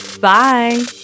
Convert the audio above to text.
Bye